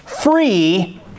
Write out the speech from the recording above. free